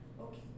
Okay